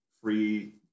free